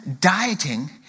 dieting